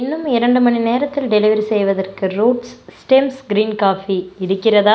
இன்னும் இரண்டு மணி நேரத்தில் டெலிவெரி செய்வதற்கு ரூட்ஸ் ஸ்டெம்ஸ் கிரீன் காஃபி இருக்கிறதா